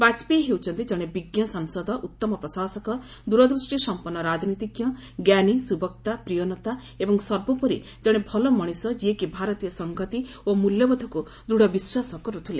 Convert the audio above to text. ବାଜପେୟୀ ହେଉଛନ୍ତି ଜଣେ ବିଜ୍ଞ ସାଂସଦ ଉତ୍ତମ ପ୍ରଶାସକ ଦୂରଦୃଷ୍ଟି ସଂପନ୍ନ ରାଜନୀତିଜ୍ଞ ଜ୍ଞାନୀ ସୁବକ୍ତା ପ୍ରିୟନେତା ଏବଂ ସର୍ବୋପରି ଜଣେ ଭଲ ମଣିଷ ଯିଏ କି ଭାରତୀୟ ସଂହତି ଓ ମୂଲ୍ୟବୋଧକୁ ଦୃଢ଼ ବିଶ୍ୱାସ କରୁଥିଲେ